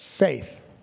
Faith